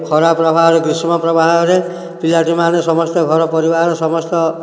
ଖରା ପ୍ରଭାବରେ ଗ୍ରୀଷ୍ମ ପ୍ରଭାବରେ ପିଲାଟି ମାନେ ସମସ୍ତ ଘର ପରିବାର ସମସ୍ତ